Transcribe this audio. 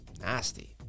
Nasty